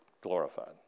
glorified